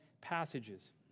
passages